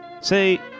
say